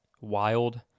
Wild